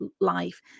life